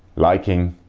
liking,